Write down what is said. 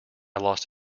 lost